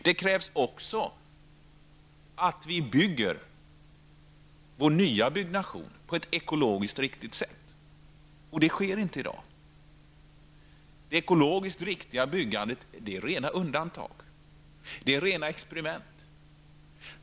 Det krävs också att vi bygger våra nya bostäder på ett ekologiskt riktigt sätt. Så sker inte i dag. Det ekologiskt riktiga byggandet är rena undantag, rena experiment.